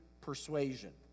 persuasion